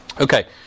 Okay